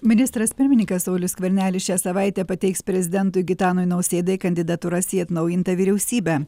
ministras pirmininkas saulius skvernelis šią savaitę pateiks prezidentui gitanui nausėdai kandidatūras į atnaujintą vyriausybę